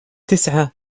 تسعة